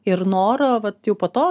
ir noro vat jau po to